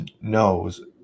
knows